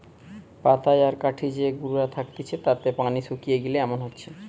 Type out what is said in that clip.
পাতায় আর কাঠি যে গুলা থাকতিছে তাতে পানি শুকিয়ে গিলে এমন হচ্ছে